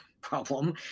problem